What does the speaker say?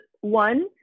one